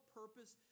purpose